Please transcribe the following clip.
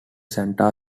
santa